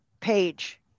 page